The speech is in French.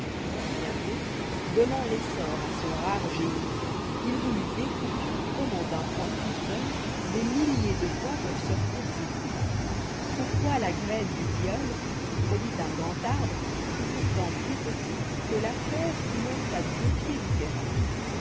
bientôt donnant l'essor à son rare génie il voulut découvrir comment d'un pois tout seul des milliers de pois peuvent sortir si vite pourquoi la graine du tilleul qui produit un grand arbre est pourtant plus petite que la fève qui meurt à deux pieds du terrain